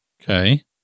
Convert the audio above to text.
Okay